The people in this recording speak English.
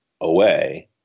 away